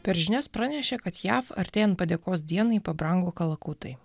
per žinias pranešė kad jav artėjant padėkos dienai pabrango kalakutai